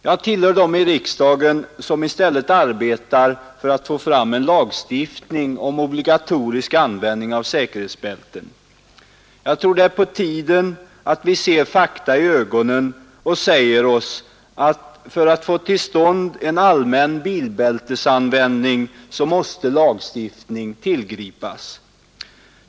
Jag tillhör dem i riksdagen som i stället arbetar för att få fram en lagstiftning om obligatorisk användning av säkerhetsbälten. Jag tror det är på tiden att vi ser fakta i ögonen och säger oss att för att få till stånd en allmän bilbältesanvändning måste lagstiftning tillgripas.